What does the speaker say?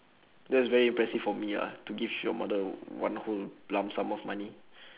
that's very impressive for me ya to give your mother one whole lump sum of money